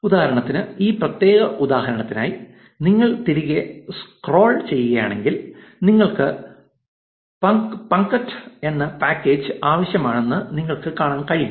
ഉദാഹരണത്തിന് ഈ പ്രത്യേക ഉദാഹരണത്തിനായി നിങ്ങൾ തിരികെ സ്ക്രോൾ ചെയ്യുകയാണെങ്കിൽ നിങ്ങൾക്ക് പങ്ക്ത്ത് punkt എന്ന ഒരു പാക്കേജ് ആവശ്യമാണെന്ന് നിങ്ങൾക്ക് കാണാൻ കഴിയും